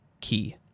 key